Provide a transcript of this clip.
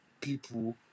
people